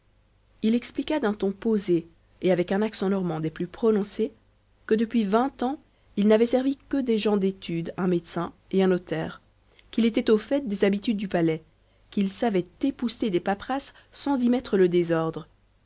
il expliqua d'un ton posé et avec un accent normand des plus prononcés que depuis vingt ans il n'avait servi que des gens d'étude un médecin et un notaire qu'il était au fait des habitudes du palais qu'il savait épousseter des paperasses sans y mettre le désordre